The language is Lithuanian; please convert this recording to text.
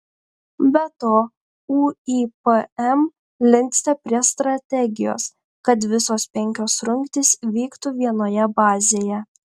be to uipm linksta prie strategijos kad visos penkios rungtys vyktų vienoje bazėje